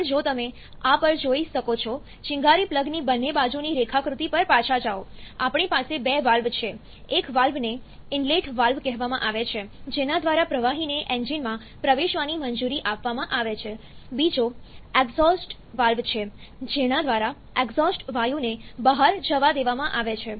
પણ જો તમે આ પર જોઈ શકો છો ચિનગારી પ્લગની બંને બાજુની રેખાકૃતિ પર પાછા જાઓ આપણી પાસે બે વાલ્વ છે એક વાલ્વને ઇનલેટ વાલ્વ કહેવામાં આવે છે જેના દ્વારા પ્રવાહીને એન્જિનમાં પ્રવેશવાની મંજૂરી આપવામાં આવે છે બીજો એક્ઝોસ્ટ વાલ્વ છે જેના દ્વારા એક્ઝોસ્ટ વાયુને બહાર જવા દેવામાં આવે છે